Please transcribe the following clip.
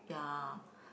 ya